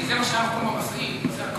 כי זה המקום שהיה במשאית,